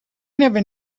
never